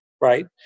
Right